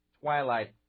Twilight